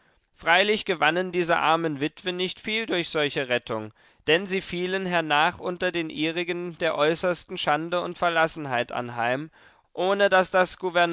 freilich gewannen diese armen witwen nicht viel durch solche rettung denn sie fielen hernach unter den ihrigen der äußersten schande und verlassenheit anheim ohne daß das